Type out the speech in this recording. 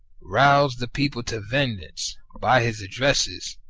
roused the people to vengeance by his addresses,